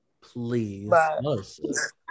Please